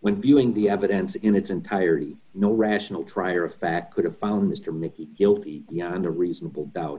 when viewing the evidence in its entirety no rational trier of fact could have found mr mickey guilty beyond a reasonable doubt